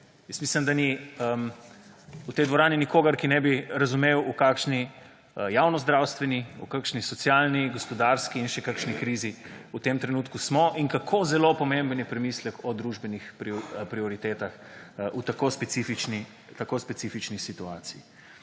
mislim, da ni v tej dvorani nikogar, ki ne bi razumel, v kakšni javnozdravstveni, v kakšni socialni, gospodarski in še kakšni krizi v tem trenutku smo in kako zelo pomemben je premislek o družbenih prioritetah v tako specifični, tako